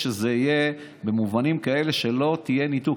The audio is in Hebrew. הוא שלא תקבל ניתוק,